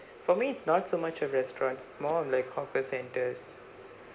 for me it's not so much of restaurants it's more of like hawker centres